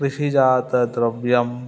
कृषिजातद्रव्यम्